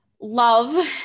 love